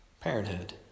Parenthood